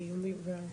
איומים וכו'.